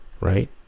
right